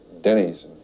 Denny's